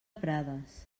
prades